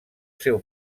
seu